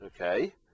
Okay